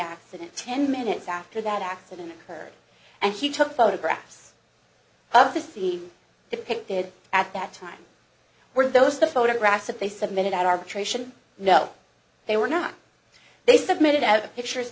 accident ten minutes after that accident occurred and she took photographs of the sea depicted at that time were those the photographs if they submitted at arbitration no they were not they submitted out the pictures